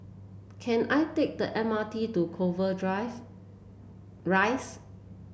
can I take the M R T to Clover Rise